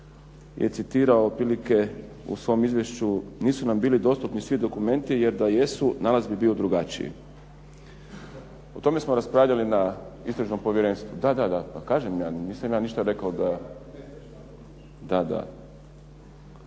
je citirao otprilike u svom izvješću: nisu nam bili dostupni svi dokumenti, jer da jesu nalaz bi bio drugačiji. O tome smo raspravljali na Istražnom povjerenstvu. Da, da, da. Pa kažem ja, nisam ja ništa rekao da… …